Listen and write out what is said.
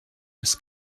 his